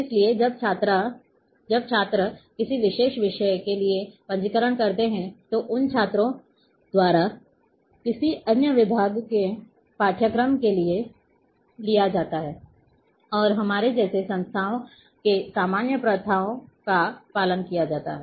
इसलिए जब छात्र किसी विशेष विषय के लिए पंजीकरण करते हैं तो उन छात्रों द्वारा किसी अन्य विभाग के पाठ्यक्रम के लिए लिया जा सकता है और हमारे जैसे संस्थानों में सामान्य प्रथाओं का पालन किया जाता है